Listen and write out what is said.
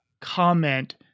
comment